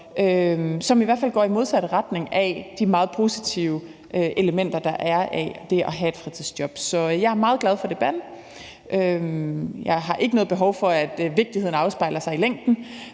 som i hvert fald går i den modsatte retning, og vi mister nogle af de meget positive elementer, der er i det at have et fritidsjob. Så jeg er meget glad for debatten. Jeg har ikke noget behov for, at vigtigheden af debatten afspejler sig i længden